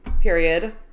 period